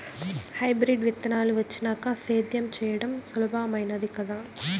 hybrid విత్తనాలు వచ్చినాక సేద్యం చెయ్యడం సులభామైనాది కదా